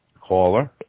Caller